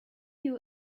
you